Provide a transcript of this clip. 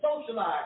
socialize